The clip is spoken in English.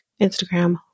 Instagram